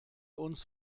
uns